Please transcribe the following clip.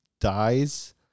dies